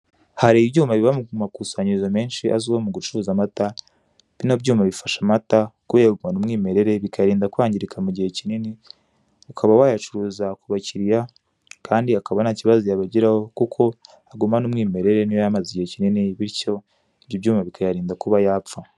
Hari ibyuma biba mu makusanyirizo menshi azwiho mu gucuruza amata bino byuma bifasha amata kuba yagumana umwimerere bikayarinda kwangirika mu gihe kinini, ukaba wayacuruza ku bakiriya kandi akaba ntakibazo yabagiraho kuko agumana umwimerere niyo yaba amaze igihe kinini bityo ibyo byuma bikayarinda kuba yapfa.